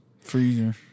freezer